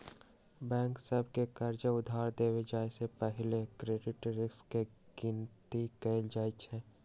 bank सभ के कर्जा उधार देबे जाय से पहिले क्रेडिट रिस्क के गिनति कएल जाइ छइ